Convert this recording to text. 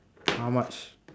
how much